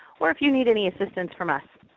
or if you need any assistance from us.